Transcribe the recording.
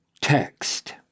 text